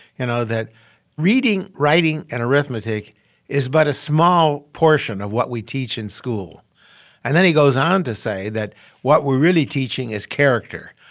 you know, that reading, writing and arithmetic is but a small portion of what we teach in school and then he goes on to say that what we're really teaching is character.